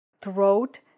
throat